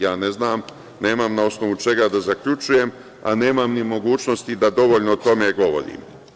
Ja ne znam i nemam na osnovu čega da zaključujem, a nemam ni mogućnosti da dovoljno o tome govorim.